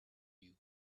you